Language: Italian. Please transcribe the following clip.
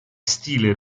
stile